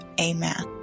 amen